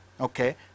okay